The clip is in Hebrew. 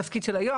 בתפקיד של היום,